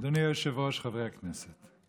אדוני היושב-ראש, חברי הכנסת,